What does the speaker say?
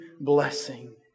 blessing